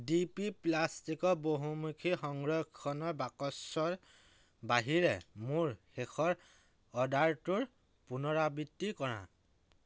D P প্লাষ্টিকৰ বহুমুখী সংৰক্ষণৰ বাকচৰ বাহিৰে মোৰ শেষৰ অৰ্ডাৰটোৰ পুনৰাবৃত্তি কৰা